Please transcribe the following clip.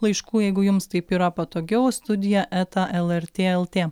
laiškų jeigu jums taip yra patogiau studija eta lrt lt